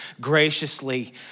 graciously